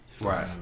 Right